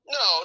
no